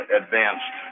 advanced